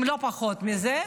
אם לא פחות מזה.